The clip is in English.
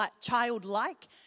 childlike